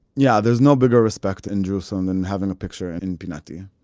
yeah. there's no bigger respect in jerusalem than having a picture and in pinati,